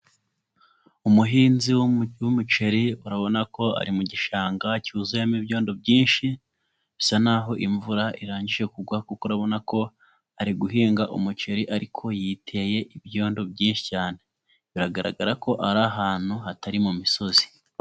Umuhinzi w'umuceri, urabona ko ari mu gishanga cyuzuyemo ibyondo byinshi, bisa n'aho imvura irangije kugwa kuko urabona ko ari guhinga umuceri ariko yiteye ibyondo byinshi cyane. Biragaragara ko ari ahantu hatari mu misozi.